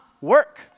work